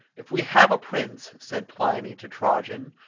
if we have a prince, said pliny to trajan,